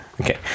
Okay